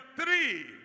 three